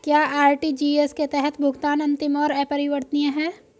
क्या आर.टी.जी.एस के तहत भुगतान अंतिम और अपरिवर्तनीय है?